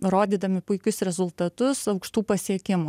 rodydami puikius rezultatus aukštų pasiekimų